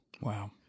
Wow